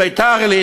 בביתר-עילית,